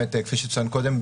כפי שצוין קודם,